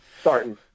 Starting